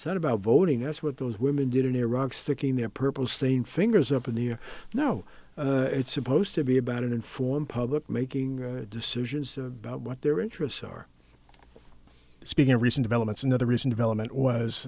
said about voting us what those women did in iraq sticking their purple stained fingers up in the you know it's supposed to be about an informed public making decisions about what their interests are speaking of recent of elements another reason development was